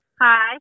Hi